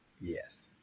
Yes